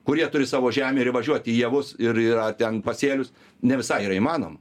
kurie turi savo žemę ir įvažiuot į javus ir ir ar ten pasėlius ne visai yra įmanoma